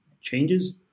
Changes